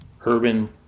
urban